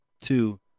two